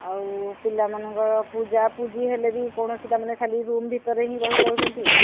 ଆଉ ପିଲାମାନଙ୍କର ପୂଜା ପୂଜି ହେଲେ ବି କୌଣସି ତାମାନେ ଖାଲି ରୁମ୍ ଭିତରେ ହିଁ ରହିଯାଉଛନ୍ତି